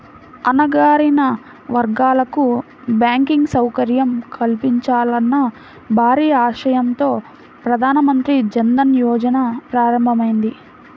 అణగారిన వర్గాలకు బ్యాంకింగ్ సౌకర్యం కల్పించాలన్న భారీ ఆశయంతో ప్రధాన మంత్రి జన్ ధన్ యోజన ప్రారంభమైంది